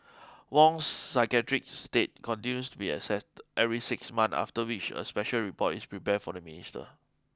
Wong's psychiatric state continues to be assessed every six months after which a special report is prepared for the minister